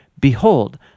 Behold